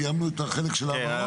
סיימנו את החלק של ההבהרות?